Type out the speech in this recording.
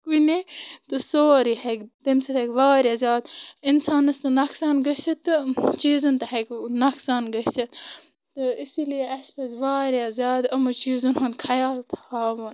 کُنے تہٕ سورُے ہیکہِ تمہِ سۭتۍ ہیکہِ واریاہ زیادٕ اِنسانس تہِ نۄقصان گژھِتھ تہِ تہٕ چیٖزن تہِ ہیکہِ نۄقصان گژھِتھ اسۍ لیے اسہِ پزِ واریاہ زِیادٕ یِمن چیٖزن ہِنٛد خیال تھاوُن